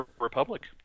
republic